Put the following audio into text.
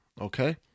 okay